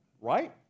Right